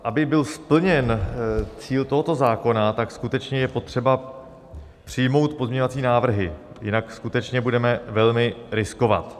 Aby byl splněn cíl tohoto zákona, tak je skutečně potřeba přijmout pozměňovací návrhy, jinak budeme velmi riskovat.